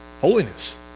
Holiness